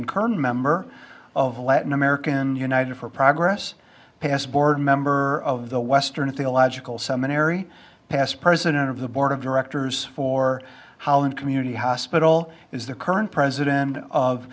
current member of latin american united for progress past board member of the western theological seminary past president of the board of directors for howland community hospital is the current president of